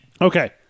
Okay